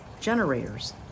generators